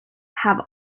have